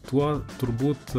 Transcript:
tuo turbūt